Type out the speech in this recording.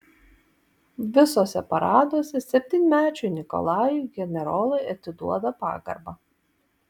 visuose paraduose septynmečiui nikolajui generolai atiduoda pagarbą